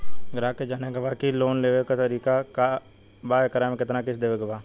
ग्राहक के जाने के बा की की लोन लेवे क का तरीका बा एकरा में कितना किस्त देवे के बा?